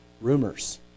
rumors